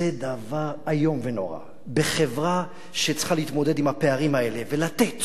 זה דבר איום ונורא בחברה שצריכה להתמודד עם הפערים האלה ולתת